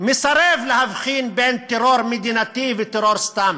מסרב להבחין בין טרור מדינתי לטרור סתם.